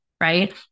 right